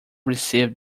received